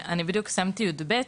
בדיוק סיימתי את כיתה י״ב.